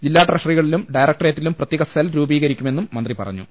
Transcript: ജില്ലാ ട്രഷറികളിലും ഡയറക്ടറേറ്റിലും പ്രത്യേക സ്പെൽ രൂപീകരി ക്കുമെന്നും മന്ത്രി പറഞ്ഞു